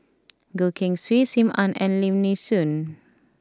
Goh Keng Swee Sim Ann and Lim Nee Soon